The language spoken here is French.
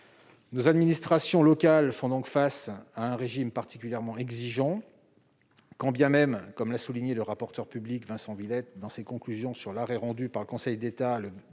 Nos administrations locales font donc face à un régime particulièrement pointilleux, quand bien même, comme l'a souligné le rapporteur public Vincent Villette dans ses conclusions sur l'arrêt rendu par le Conseil d'État le 18